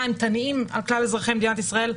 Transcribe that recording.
אימתניים על כלל אזרחי מדינת ישראל.